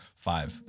Five